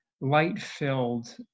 light-filled